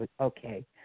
Okay